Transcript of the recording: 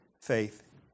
faith